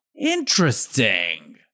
interesting